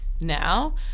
now